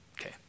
Okay